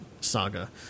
saga